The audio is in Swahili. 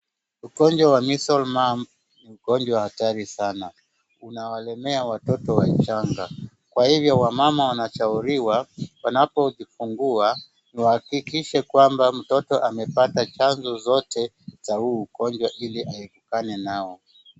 Ugonjwa wa measle mump ni ugonjwa hatari sana. Unawalemea watoto wachanga. Kwa hivyo wamama wanashauriwa, wanapojifungua, wahakikishe kwamba mtoto amepata chanjo zote za huu ugonjwa ili aepukane nao.